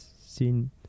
seen